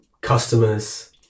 customers